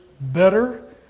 better